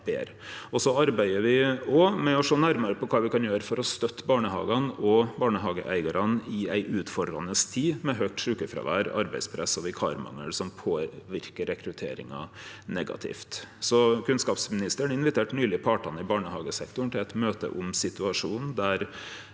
Me arbeider òg med å sjå nærare på kva me kan gjere for å støtte barnehagane og barnehageeigarane i ei utfordrande tid med høgt sjukefråvær, arbeidspress og vikarmangel som påverkar rekrutteringa negativt. Kunnskapsministeren inviterte nyleg partane i barnehagesektoren til eit møte om situasjonen, der